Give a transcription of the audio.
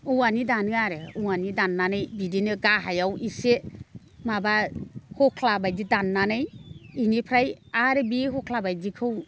औवानि दानो आरो औवानि दामनानै बिदिनो गाहायाव इसे माबा हख्ला बायदि दामनानै बिनिफ्राय आरो बियो हख्लाबायदिखौ